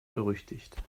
berüchtigt